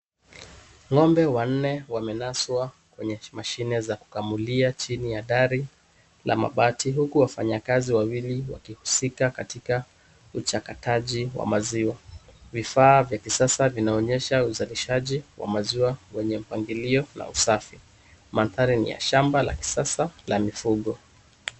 Ng'ombe wanne wamenaswa kwenye mashine za kukamulia chini ya dari la mabati huku wafanyakazi wawili wakihusika katika mchakataji wa maziwa. Vifaa vya kisasa vinaonyesha uzalishaji wa maziwa wenye mpangilio na usafi. Mandhari ni ya shamba la kisasa la mifugo.